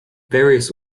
various